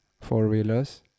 four-wheelers